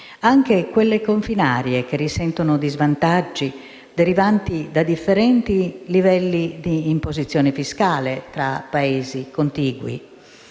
specie quelle confinarie e che risentono di svantaggi derivanti da differenti livelli di imposizione fiscale tra Paesi contigui.